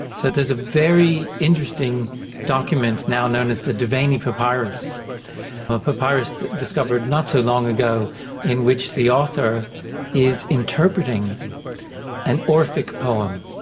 so there's a very interesting document now known as the derveni papyrus a papyrus discovered not so long ago in which the author is interpreting an orphic poem.